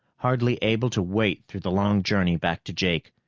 hardly able to wait through the long journey back to jake.